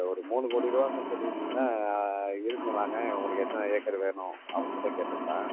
ஒரு மூணு கோடி ரூபான்னு சொல்லியிருந்தீங்கன்னா இருக்குதுங்க வாங்க உங்களுக்கு எத்தனை ஏக்கர் வேணும் அப்புடின்னு சொல்லி கேட்டுருக்கலாம்